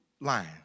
lying